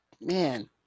man